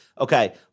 Okay